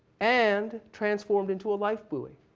and transformed into a life buoy.